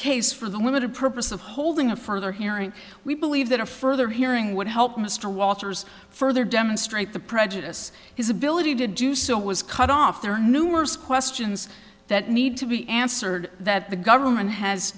case for the limited purpose of holding a further hearing we believe that a further hearing would help mr walters further demonstrate the prejudice his ability to do so was cut off there are numerous questions that need to be answered that the government has